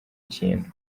kintu